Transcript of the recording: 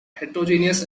heterogeneous